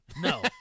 No